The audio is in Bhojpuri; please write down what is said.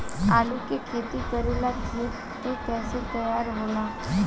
आलू के खेती करेला खेत के कैसे तैयारी होला?